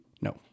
No